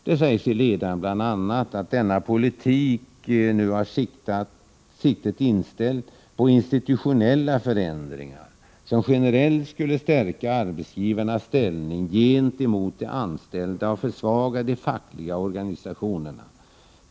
Det sägs i ledaren bl.a. att denna politik nu har siktet inställt på institutionella förändringar som generellt skulle stärka arbetsgivarnas ställning gentemot de anställda och försvaga de fackliga organisationerna.